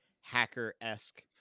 hacker-esque